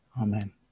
amen